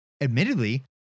admittedly